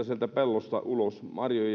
sieltä pellosta ulos